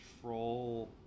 control